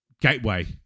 gateway